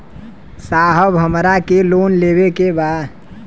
साहब हमरा के लोन लेवे के बा